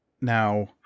now